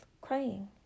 crying